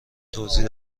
توضیح